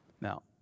Now